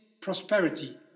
prosperity